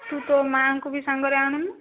ତୁ ତୋ ମାଆଙ୍କୁ ବି ସାଙ୍ଗରେ ଆଣୁନୁ